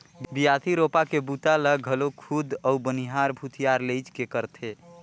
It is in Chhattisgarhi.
बियासी, रोपा के बूता ल घलो खुद अउ बनिहार भूथिहार लेइज के करथे